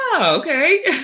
okay